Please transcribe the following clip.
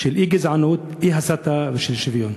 של אי-גזענות, אי-הסתה ושוויון.